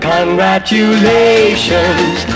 Congratulations